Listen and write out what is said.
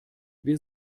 wir